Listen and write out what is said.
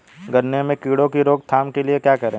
गन्ने में कीड़ों की रोक थाम के लिये क्या करें?